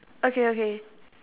okay okay